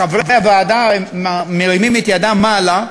חברי הוועדה מרימים את ידם מעלה,